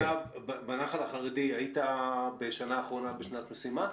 בנח"ל החרדי היית בשנה האחרונה בשנת משימה?